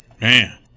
Man